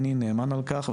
אני נאמן על כך,